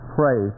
pray